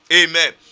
Amen